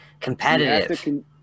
competitive